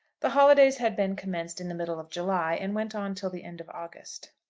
the holidays had been commenced in the middle of july, and went on till the end of august.